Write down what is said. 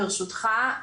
ברשותך,